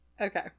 Okay